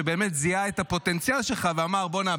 שבאמת זיהה את הפוטנציאל שלך ואמר: בוא'נה,